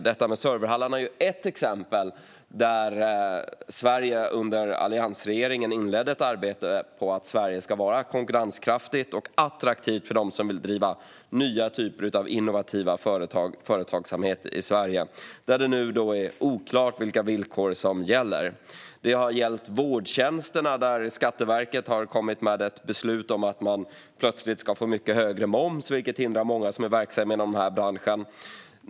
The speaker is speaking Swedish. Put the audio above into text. Detta med serverhallarna är ett exempel. Under alliansregeringen inleddes ett arbete för att göra Sverige konkurrenskraftigt och attraktivt för dem som vill driva nya typer av innovativa företag, men nu är det oklart vilka villkor som gäller. Det har också gällt vårdtjänsterna, där Skatteverket har kommit med ett beslut om att man plötsligt ska få mycket högre moms, vilket hindrar många som är verksamma i branschen.